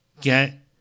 get